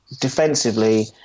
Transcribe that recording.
defensively